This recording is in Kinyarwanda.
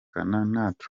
trump